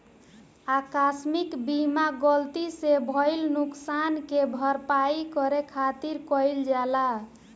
आकस्मिक बीमा गलती से भईल नुकशान के भरपाई करे खातिर कईल जाला